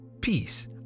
peace